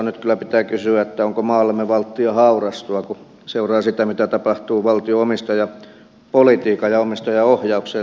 nyt kyllä pitää kysyä onko maallamme valttia haurastua kun seuraa sitä mitä tapahtuu valtion omistajapolitiikkaan ja omistajaohjaukseen liittyen